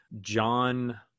John